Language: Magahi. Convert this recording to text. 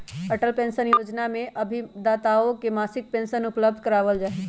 अटल पेंशन योजना में अभिदाताओं के मासिक पेंशन उपलब्ध करावल जाहई